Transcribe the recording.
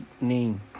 name